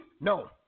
No